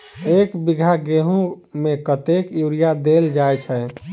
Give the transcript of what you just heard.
एक बीघा गेंहूँ मे कतेक यूरिया देल जाय छै?